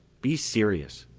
be serious,